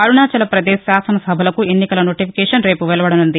అరుణాచలపదేశ్ శాసనసభలకు ఎన్నికల notification రేపు వెలువడనుంది